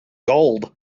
gold